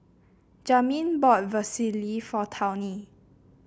Jamin bought Vermicelli for Tawny